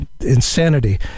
insanity